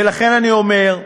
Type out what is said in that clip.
ולכן אני אומר,